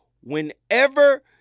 whenever